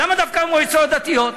למה דווקא המועצות הדתיות?